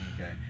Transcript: okay